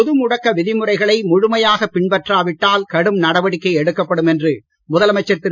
பொது முடக்க விதிமுறைகளை முழுமையாகப் பின்பற்றா விட்டால் கடும் நடவடிக்கை எடுக்கப்படும் என்று முதலமைச்சர் திரு